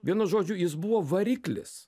vienu žodžiu jis buvo variklis